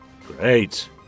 Great